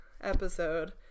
episode